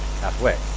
halfway